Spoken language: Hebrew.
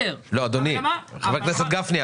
חבר הכנסת גפני,